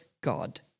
God